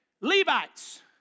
Levites